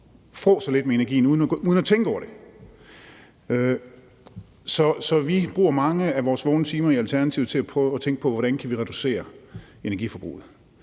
nok fråser lidt med energien uden at tænke over det. Så vi bruger mange af vores vågne timer i Alternativet på at tænke over, hvordan vi kan prøve at reducere energiforbruget.